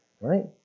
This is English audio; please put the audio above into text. right